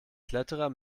kletterer